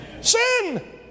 sin